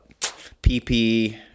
PP